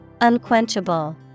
Unquenchable